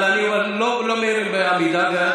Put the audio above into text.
אבל לא מעירים בעמידה,